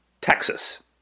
Texas